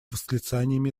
восклицаниями